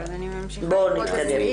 בבקשה, בואו נתקדם.